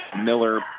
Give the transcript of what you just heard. Miller